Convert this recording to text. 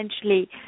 essentially